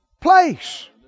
place